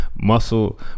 muscle